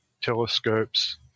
telescopes